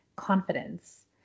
confidence